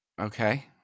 Okay